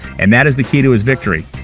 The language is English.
and that is the key to his victory.